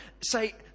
say